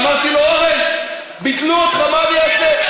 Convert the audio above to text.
אמרתי לו: אורן, ביטלו אותך, מה אני אעשה.